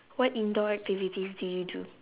what indoor activities do you do